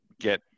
get